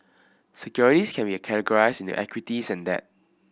securities can be categorized in the equities and debt